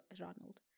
Ronald